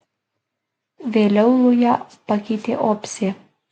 vėliau lują pakeitė opsė